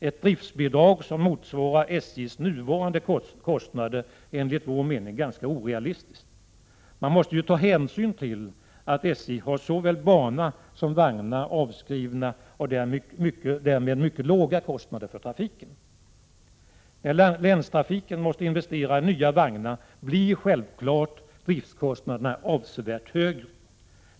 Ett driftsbidrag som motsvarar SJ:s nuvarande kostnader är enligt vår mening ganska orealistiskt. Man måste ta hänsyn till att SJ har såväl bana som vagnar avskrivna och därmed mycket låga kostnader för trafiken. När länstrafiken måste investera i nya vagnar blir självfallet driftskostnaderna avsevärt högre.